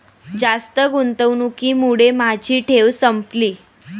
जास्त गुंतवणुकीमुळे माझी ठेव संपली